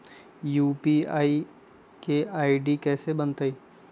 UPI के ID कैसे बनतई?